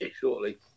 shortly